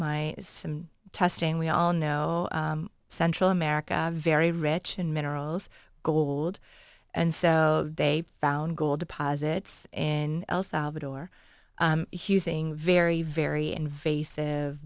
my testing we all know central america very rich in minerals gold and so they found gold deposits in el salvador husing very very invasive